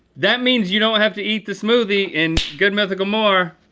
that means you don't have to eat the smoothie, in good mythical more!